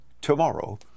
tomorrow